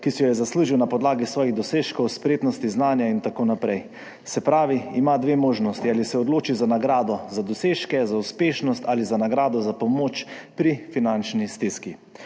ki si jo je zaslužil na podlagi svojih dosežkov, spretnosti, znanja in tako naprej. Se pravi, ima dve možnosti: ali se odloči za nagrado za dosežke, za uspešnost ali za nagrado za pomoč pri finančni stiski.